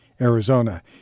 Arizona